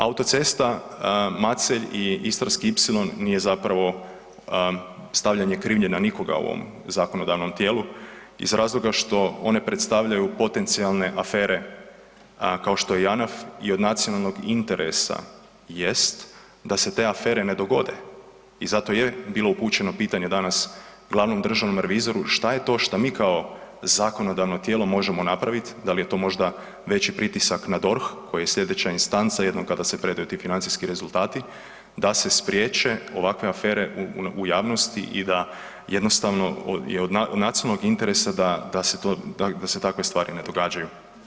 Autocesta Macelj i Istarski ipsilon nije zapravo stavljanje krivnje na nikoga u ovom zakonodavnom tijelu iz razloga što one predstavljaju potencijalne afere kao što je Janaf i od nacionalnog interesa jest da se te afere ne dogode i zato je bilo upućeno pitanje danas glavnom državnom revizoru šta je to šta mi kao zakonodavno tijelo možemo napravit, dal je to možda veći pritisak na DORH koji je slijedeća instanca jednom kada se predaju ti financijski rezultati da se spriječe ovakve afere u javnosti i da jednostavno je od nacionalnog interesa da, da se to, da se takve stvari ne događaju.